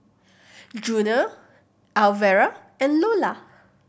Junior Elvera and Lolla